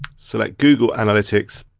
select google analytics,